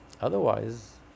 Otherwise